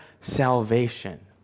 salvation